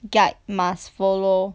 guide must follow